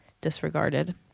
disregarded